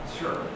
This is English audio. Sure